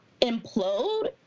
implode